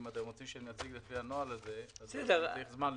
אם אתם רוצים שנציג לפי הנוהל הזה אז צריך זמן להיערך.